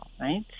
right